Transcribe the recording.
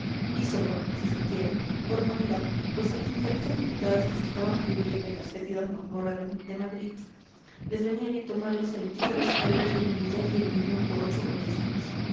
cuestión hízolo si se quiere por humanidad pues a los infelices diputados que se estaban pudriendo en las fétidas mazmorras de madrid les venía bien tomar los salutíferos aires de melilla y el peñón por ocho o diez años